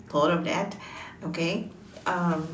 thought of that okay um